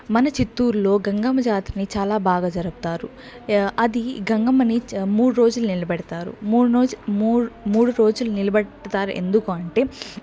మన చిత్తూరులో గంగమ్మ జాతరని చాలా బాగా జరుపుతారు అది గంగమ్మని మూడు రోజులు నిలబెడతారు మూడు రోజులు మూడు రోజులు నిలబెడతారు ఎందుకు అంటే